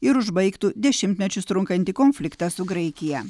ir užbaigtų dešimtmečius trunkantį konfliktą su graikija